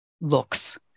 looks